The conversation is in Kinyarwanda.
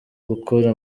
gukora